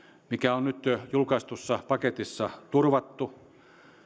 mikä on nyt julkaistussa paketissa turvattu